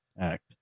Act